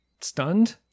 stunned